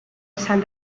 esan